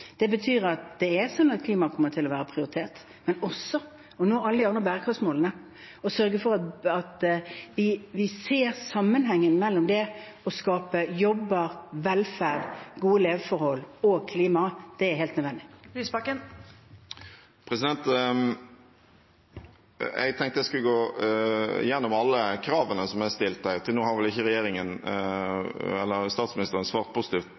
at klima kommer til å være prioritert, men også å nå alle de andre bærekraftsmålene og sørge for at vi ser sammenhengen mellom det å skape jobber, velferd , gode leveforhold og klima. Det er helt nødvendig. Audun Lysbakken – til oppfølgingsspørsmål. Jeg tenkte jeg skulle gå gjennom alle kravene som er stilt. Til nå har vel ikke statsministeren egentlig svart positivt